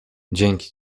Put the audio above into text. dzięki